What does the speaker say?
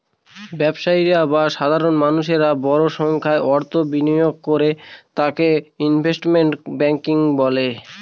ব্যবসায়ী বা সাধারণ মানুষেরা বড় সংখ্যায় অর্থ বিনিয়োগ করে তাকে ইনভেস্টমেন্ট ব্যাঙ্কিং বলে